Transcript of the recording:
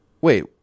wait